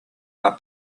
are